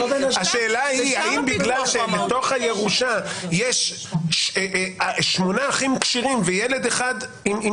השאלה היא: האם בגלל שבתוך הירושה יש שמונה אחים כשירים וילד אחד עם